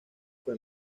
fue